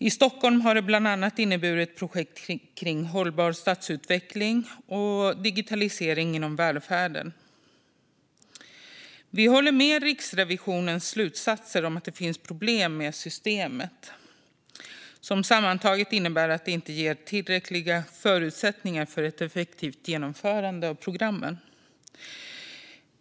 I Stockholm har det bland annat inneburit projekt för hållbar stadsutveckling och digitalisering inom välfärden. Vi instämmer i Riksrevisionens slutsats att det finns problem med systemet med strukturfondspartnerskap som sammantaget innebär att det inte ger tillräckliga förutsättningar för ett effektivt genomförande av programmen.